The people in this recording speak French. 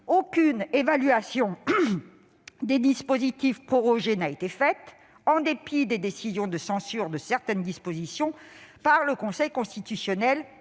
Aucune évaluation des dispositifs prorogés n'a été faite. En dépit des décisions de censure de certaines dispositions par le Conseil constitutionnel,